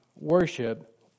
Worship